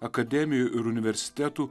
akademijų ir universitetų